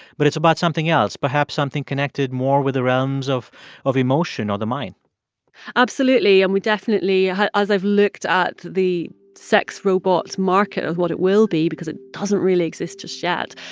but it's about something else, perhaps something connected more with the realms of of emotion or the mind absolutely. and we definitely as i've looked at the sex robots market, or what it will be because it doesn't really exist just yet,